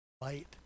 Light